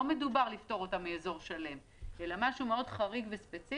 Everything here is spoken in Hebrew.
לא מדובר על לפטור אותם מאזור שלם אלא על משהו מאוד חריג וספציפי.